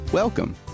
Welcome